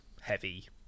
heavy